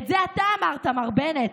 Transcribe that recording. את זה אתה אמרת, מר בנט.